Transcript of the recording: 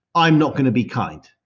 i'm not going to be kind.